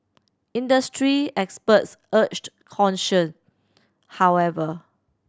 industry experts urged caution however